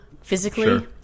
physically